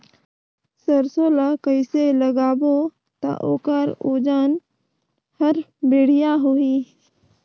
सरसो ला कइसे लगाबो ता ओकर ओजन हर बेडिया होही?